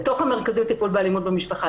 לתוך המרכזים לטיפול באלימות במשפחה,